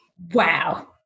Wow